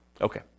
Okay